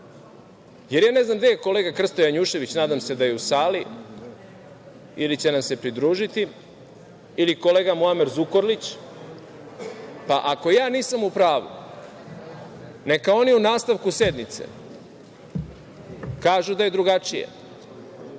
vlasti. Ne znam gde je kolega Krsto Janjušević, nadam se da je u sali ili će nam se pridružiti, ili kolega Muamer Zukorlić, pa ako ja nisam u pravu, neka oni u nastavku sednice kažu da je drugačije.